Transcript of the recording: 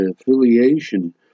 affiliation